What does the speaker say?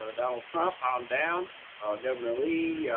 ah donald trump on down governor lee.